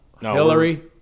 Hillary